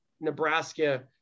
Nebraska